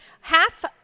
Half-